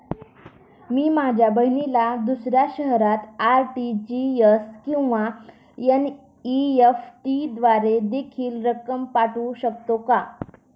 मी माझ्या बहिणीला दुसऱ्या शहरात आर.टी.जी.एस किंवा एन.इ.एफ.टी द्वारे देखील रक्कम पाठवू शकतो का?